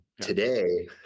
today